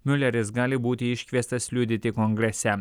miuleris gali būti iškviestas liudyti kongrese